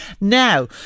Now